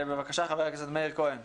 בבקשה חבר הכנסת מאיר כהן.